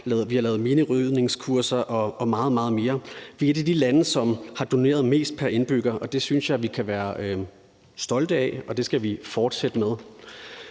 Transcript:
Vi har lavet minerydningskurser og meget, meget mere. Vi er et af de lande, som har doneret mest pr. indbygger, og det synes jeg vi kan være stolte af, og det skal vi fortsætte med.